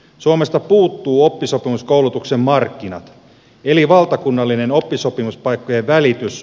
suomesta puuttuvat oppisopimuskoulutuksen markkinat eli valtakunnallinen oppisopimuspaikkojen välitys